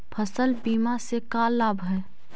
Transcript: फसल बीमा से का लाभ है?